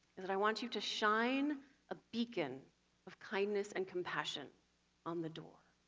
is that i want you to shine a beacon of kindness and compassion on the door.